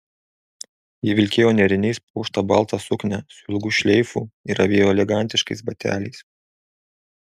ji vilkėjo nėriniais puoštą baltą suknią su ilgu šleifu ir avėjo elegantiškais bateliais